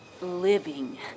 living